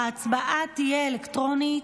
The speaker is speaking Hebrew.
ההצבעה תהיה אלקטרונית.